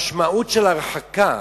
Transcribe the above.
משמעות ההרחקה